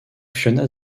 fiona